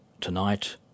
Tonight